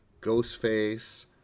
Ghostface